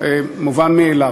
מובן מאליו.